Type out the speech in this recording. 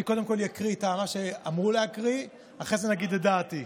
אני קודם כול אקריא את ההערה שאמרו להקריא ואחרי זה אני אגיד את דעתי.